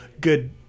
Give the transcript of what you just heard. good